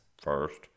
first